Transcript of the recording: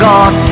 God